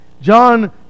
John